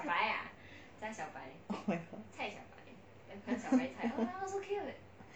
oh my god